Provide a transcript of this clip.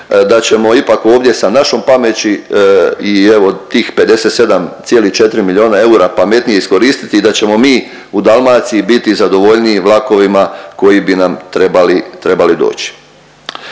da ćemo ipak ovdje sa našom pameći i evo tih 57,4 milijona eura pametnije iskoristiti i da ćemo mi u Dalmaciji biti zadovoljniji vlakovima koji bi nam trebali doći.